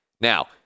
Now